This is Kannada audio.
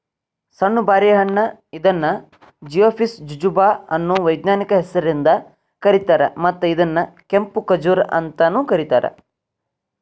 ಸಣ್ಣು ಬಾರಿ ಹಣ್ಣ ಇದನ್ನು ಜಿಝಿಫಸ್ ಜುಜುಬಾ ಅನ್ನೋ ವೈಜ್ಞಾನಿಕ ಹೆಸರಿಂದ ಕರೇತಾರ, ಮತ್ತ ಇದನ್ನ ಕೆಂಪು ಖಜೂರ್ ಅಂತಾನೂ ಕರೇತಾರ